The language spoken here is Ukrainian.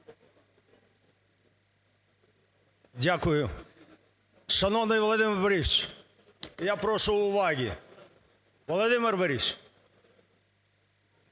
Дякую. Шановний Володимир Борисович, я прошу уваги! Володимир Борисович,